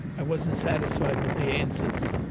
i wasn't satisfied with the answers.